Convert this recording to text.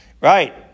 Right